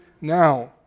now